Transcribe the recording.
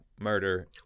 murder